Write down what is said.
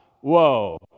Whoa